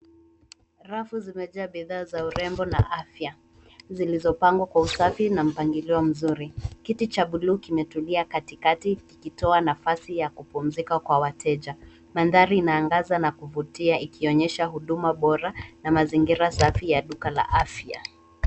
Rafu zimejaa bidhaa za urembo na afya zilizopangwa kwa usafi na mpangilio mzuri. Kiti cha bluu kimetulia katikati kikitoa nafasi ya kupumzika kwa wateja. Mandhari inaangaza na kuvutia ikionyesha huduma bora na mazingira safi ya duka la afya.